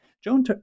Joan